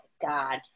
God